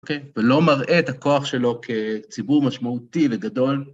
אוקיי? ולא מראה את הכוח שלו כציבור משמעותי לגדול.